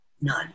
none